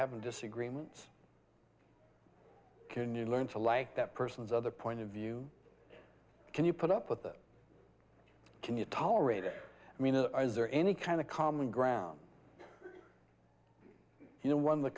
have disagreements can you learn to like that person's other point of view can you put up with it can you tolerate it i mean is there any kind of common ground you know one the